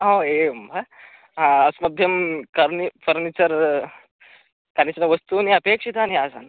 ओ एवं वा अस्मभ्यं कर्नि फ़र्निचर् कानिचन वस्तूनि अपेक्षितानि आसन्